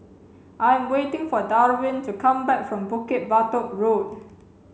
I am waiting for Darwyn to come back from Bukit Batok Road